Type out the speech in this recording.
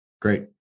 Great